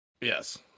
Yes